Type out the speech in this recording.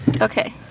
Okay